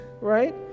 right